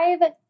five